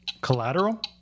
Collateral